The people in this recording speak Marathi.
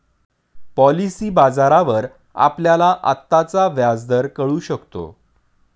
पॉलिसी बाजारावर आपल्याला आत्ताचा व्याजदर कळू शकतो